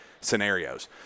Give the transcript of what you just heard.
scenarios